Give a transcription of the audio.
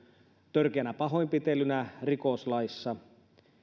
törkeänä pahoinpitelynä rikoslaissa